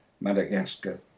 Madagascar